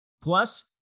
Plus